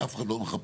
אף אחד לא מחפש,